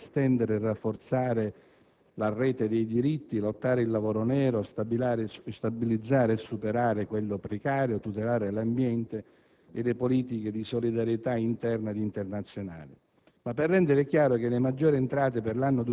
in grado di realizzare giustizia sociale, estendere e rafforzare la rete dei diritti, combattere il lavoro nero, stabilizzare e superare quello precario, tutelare l'ambiente e le politiche di solidarietà interna ed internazionale.